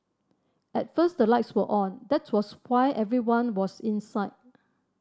at first the lights were on that was why everyone was inside